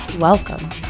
Welcome